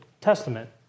Testament